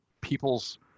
people's